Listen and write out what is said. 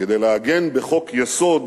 כדי לעגן בחוק-יסוד